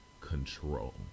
control